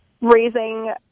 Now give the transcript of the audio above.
raising